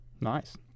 Nice